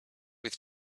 with